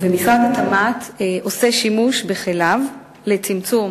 משרד התמ"ת עושה שימוש בכליו לצמצום